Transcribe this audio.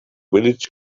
village